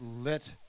lit